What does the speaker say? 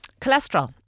Cholesterol